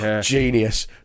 genius